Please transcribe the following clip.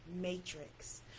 matrix